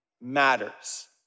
matters